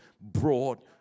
brought